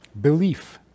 Belief